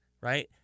right